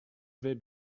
vais